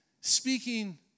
speaking